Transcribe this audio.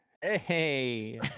Hey